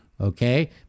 Okay